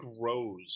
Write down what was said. Rose